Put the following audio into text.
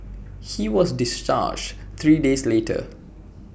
he was discharged three days later